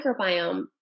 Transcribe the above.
microbiome